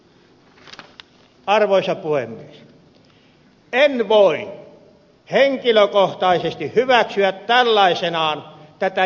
en voi henkilökohtaisesti hyväksyä tällaisenaan tätä jätevesiasetuksen muutosta